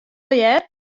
hear